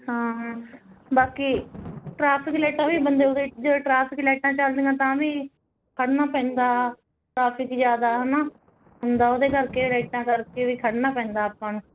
ਹਾਂ ਬਾਕੀ ਟਰੈਫਿਕ ਲਾਈਟਾਂ ਵੀ ਬੰਦੇ ਜੋ ਟਰਾਫਿਕ ਲਾਈਟਾਂ ਚੱਲਦੀਆਂ ਤਾਂ ਵੀ ਖੜਨਾ ਪੈਂਦਾ ਟਰਾਫਿਕ ਜਿਆਦਾ ਹਨਾ ਹੁੰਦਾ ਉਹਦੇ ਕਰਕੇ ਇਦਾਂ ਕਰਕੇ ਵੀ ਖੜਨਾ ਪੈਂਦਾ ਆਪਾਂ ਨੂੰ